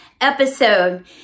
episode